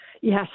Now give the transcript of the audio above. Yes